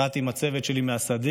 אחת עם הצוות שלי מהסדיר,